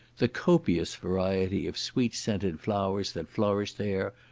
the copious variety of sweet-scented flowers that flourish there,